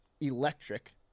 electric